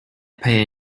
pay